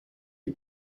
you